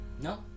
No